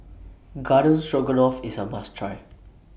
Garden Stroganoff IS A must Try